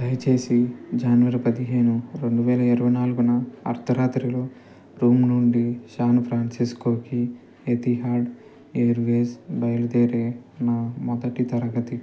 దయచేసి జనవరి పదిహేను రెండు వేల ఇరవై నాలుగున అర్ధరాత్రిలో రోమ్ నుండి శాన్ఫ్రాన్సిస్కోకి ఎతిహాడ్ ఎయిర్వేస్ బయలుదేరే నా మొదటి తరగతి